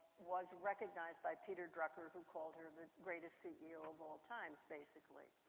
was recognized by peter drucker who called her the greatest ceo of all times basically.